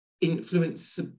influence